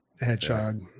hedgehog